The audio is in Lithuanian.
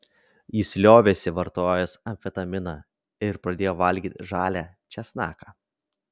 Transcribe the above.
jis liovėsi vartojęs amfetaminą ir pradėjo valgyti žalią česnaką